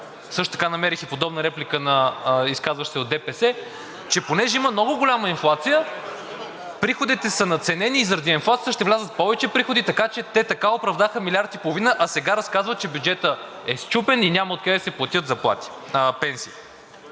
също така намерих и подобна реплика на изказващ се от ДПС, че понеже има много голяма инфлация, приходите са надценени и заради инфлацията ще влязат повече приходи, така че те така оправдаха 1,5 милиарда, а сега разказват, че бюджетът е счупен и няма откъде да се платят пенсии.